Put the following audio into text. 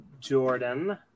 Jordan